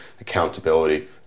accountability